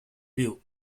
view